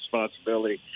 responsibility